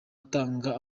atanga